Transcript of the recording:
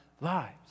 lives